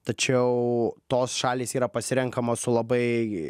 tačiau tos šalys yra pasirenkamos su labai